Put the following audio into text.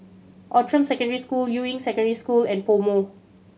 Outram Secondary School Juying Secondary School and PoMo